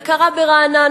זה קרה ברעננה.